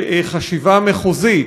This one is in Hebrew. של חשיבה מחוזית,